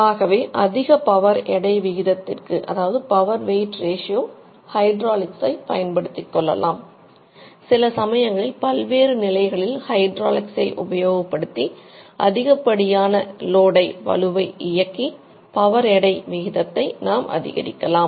ஆகவே அதிக பவர் எடை விகிதத்திற்கு நாம் அதிகரிக்கலாம்